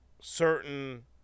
certain